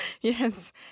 Yes